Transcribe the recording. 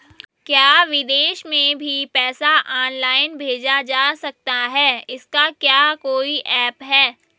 क्या विदेश में भी पैसा ऑनलाइन भेजा जा सकता है इसका क्या कोई ऐप है?